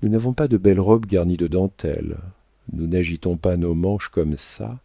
nous n'avons pas de belles robes garnies de dentelles nous n'agitons pas nos manches comme ça